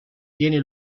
tiene